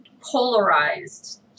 polarized